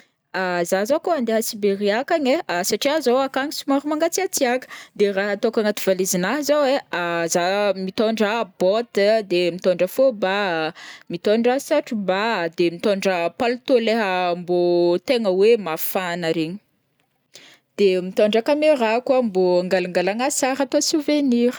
Ah zah zao kao andeha à Siberia akagny ai, satria zao agn somary mangatsiatsiaka, de raha ataoko agnaty valisenahy zao ai: ah zah mitondra bottes de mitondra fôbas, mitondra satro-ba, de mitondra paltô leha mbô tegna hoe mafana regny, de mitondra caméra koa mbô angalangalagna sary atao souvenir.